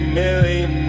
million